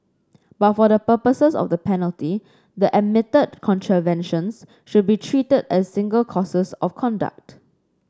but for the purposes of the penalty the admitted contraventions should be treated as single courses of conduct